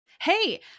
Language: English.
Hey